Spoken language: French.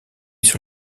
sur